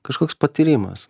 kažkoks patyrimas